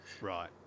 Right